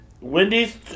Wendy's